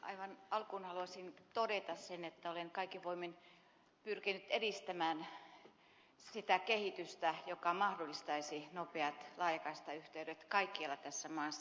aivan alkuun haluaisin todeta sen että olen kaikin voimin pyrkinyt edistämään sitä kehitystä joka mahdollistaisi nopeat laajakaistayhteydet kaikkialla tässä maassa